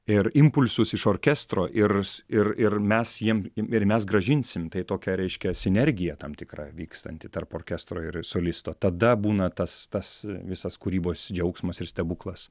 ir impulsus iš orkestro ir ir ir mes jiem ir mes grąžinsim tai tokia reiškia sinergija tam tikra vykstanti tarp orkestro ir solisto tada būna tas tas visas kūrybos džiaugsmas ir stebuklas